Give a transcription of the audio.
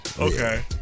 Okay